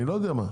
אני לא יודע מה.